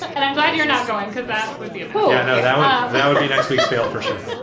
but and i'm glad you're not going because that would be a pool i know that ah that would be next week. fail for sure.